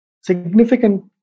significant